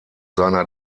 seiner